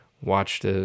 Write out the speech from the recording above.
watched